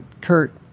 Kurt